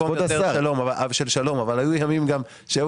היום ימי שלום אבל היו ימים בהם היו